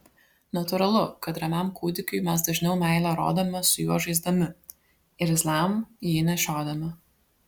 natūralu kad ramiam kūdikiui mes dažniau meilę rodome su juo žaisdami irzliam jį nešiodami